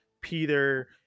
Peter